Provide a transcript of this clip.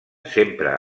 sempre